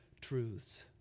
truths